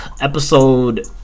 episode